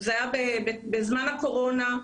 זה היה בזמן הקורונה,